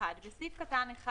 (1)בסעיף קטן (1),